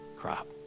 crop